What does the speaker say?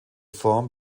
form